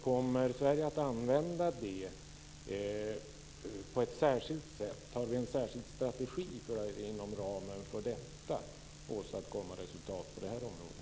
Kommer Sverige att använda sitt ordförandeskap på något särskilt sätt? Finns det någon särskild strategi för att inom ramen för ordförandeskapet åstadkomma resultat på området?